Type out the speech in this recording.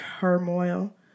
turmoil